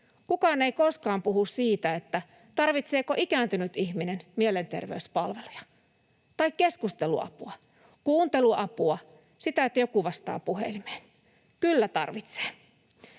Kukaan ei koskaan puhu siitä, tarvitseeko ikääntynyt ihminen mielenterveyspalveluja, tai keskusteluapua, kuunteluapua, sitä, että joku vastaa puhelimeen. Kyllä tarvitsee.